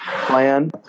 plan